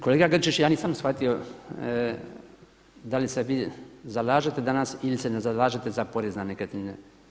Kolega Grčić, ja nisam shvatio da li se ti zalažete danas ili se ne zalažete za porez na nekretnine.